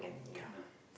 can ah